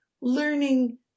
learning